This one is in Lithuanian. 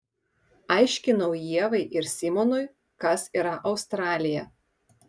aiškinau ievai ir simonui kas yra australija